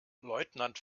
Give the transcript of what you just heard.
leutnant